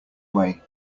way